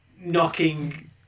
knocking